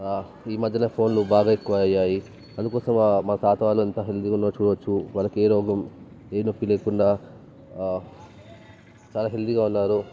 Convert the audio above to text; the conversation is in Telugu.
ఈ మధ్యన ఫోన్లు బాగా ఎక్కువ అయినాయి అందుకోసం మన పాతవాళ్ళు ఎంత హెల్దీగా ఉన్నారో చూడచ్చు వాళ్ళకి ఏ రోగం ఏ నొప్పి లేకుండా చాలా హెల్దీగా ఉన్నారు